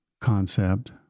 concept